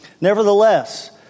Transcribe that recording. Nevertheless